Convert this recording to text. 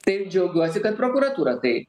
taip džiaugiuosi kad prokuratūra tai